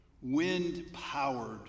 wind-powered